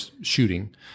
shooting